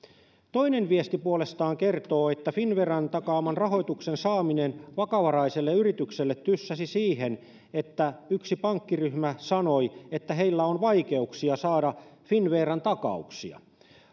toinen viesti puolestaan kertoo että finnveran takaaman rahoituksen saaminen vakavaraiselle yritykselle tyssäsi siihen että yksi pankkiryhmä sanoi että heillä on vaikeuksia saada finnveran takauksia